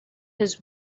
his